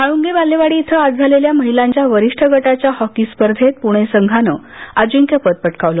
म्हाळूंगे बालेवाडी इथं आज झालेल्या महीलांच्या वरीष्ठ गटाच्या हॉकी स्पर्धेंत पुणे संघानं अजिंक्यपद पटकावलं